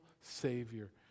Savior